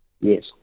Yes